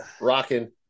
rocking